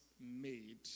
made